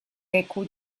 leku